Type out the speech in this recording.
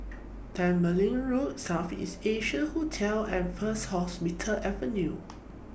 Tembeling Road South East Asia Hotel and First Hospital Avenue